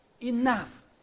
enough